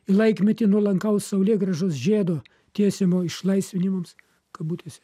į laikmetį nuolankaus saulėgrąžos žiedo tiesiamo išlaisvinimams kabutėse